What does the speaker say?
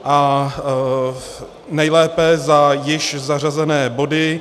A nejlépe za již zařazené body.